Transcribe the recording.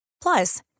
Plus